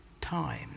time